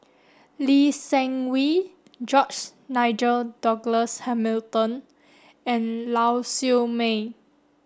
Lee Seng Wee George Nigel Douglas Hamilton and Lau Siew Mei